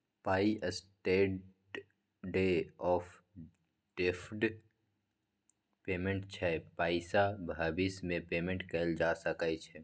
पाइ standard of deferred payment छै पाइसँ भबिस मे पेमेंट कएल जा सकै छै